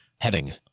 Heading